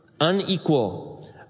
unequal